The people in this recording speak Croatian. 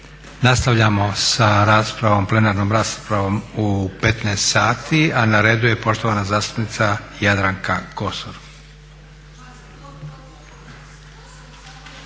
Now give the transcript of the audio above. sa raspravom, plenarnom raspravom u 15 sati a na redu je poštovana zastupnica Jadranka Kosor.